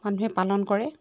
মানুহে পালন কৰে